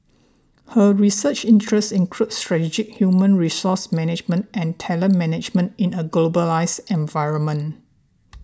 her research interests include strategic human resource management and talent management in a globalised environment